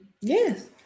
Yes